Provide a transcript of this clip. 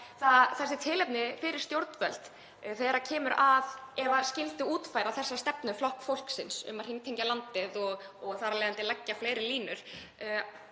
sé tilefni fyrir stjórnvöld þegar kemur að — ef við skyldum útfæra þessa stefnu Flokks fólksins um að hringtengja landið og þar af leiðandi leggja fleiri línur,